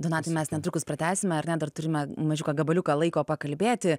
donatai mes netrukus pratęsime ar ne dar turime mažiuką gabaliuką laiko pakalbėti